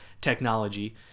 technology